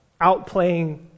outplaying